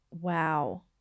Wow